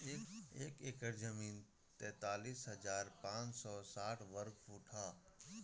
एक एकड़ जमीन तैंतालीस हजार पांच सौ साठ वर्ग फुट ह